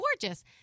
gorgeous